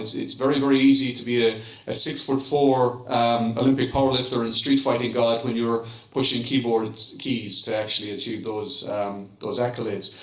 it's very, very easy to be a ah six four four olympic powerlifter and streetfighting god when you're pushing keyboard keys to actually achieve those those accolades.